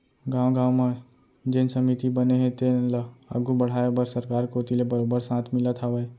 गाँव गाँव म जेन समिति बने हे तेन ल आघू बड़हाय बर सरकार कोती ले बरोबर साथ मिलत हावय